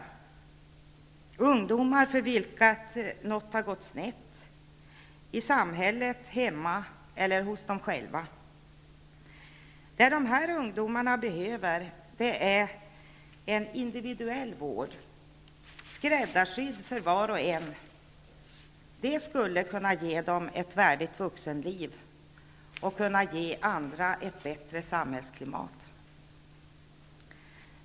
Det är ungdomar för vilka något har gått snett -- i samhället, hemma eller hos dem själva. Vad dessa ungdomar behöver är en individuell vård, skräddarsydd för var och en. Det skulle kunna ge dem ett värdigt vuxenliv och andra ett bättre samhällsklimat.